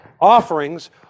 offerings